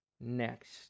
next